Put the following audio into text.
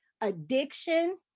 addiction